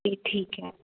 जी ठीक है